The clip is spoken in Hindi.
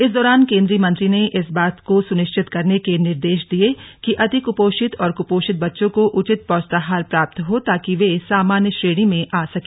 इस दौरान केंद्रीय मंत्री ने इस बात को सुनिश्चित करने के निर्देश दिये कि अतिक्पोषित और क्पोषित बच्चों को उचित पौष्टाहार प्राप्त हो ताकि ये सामान्य श्रेणी में आ सके